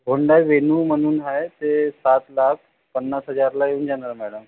Hyundai Venue म्हणून आहे ते सात लाख पन्नास हजारला येवून जाणार मॅडम